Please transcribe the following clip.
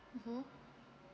mmhmm